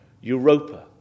Europa